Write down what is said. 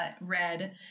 red